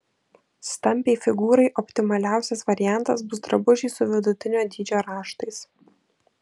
stambiai figūrai optimaliausias variantas bus drabužiai su vidutinio dydžio raštais